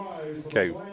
Okay